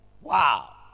Wow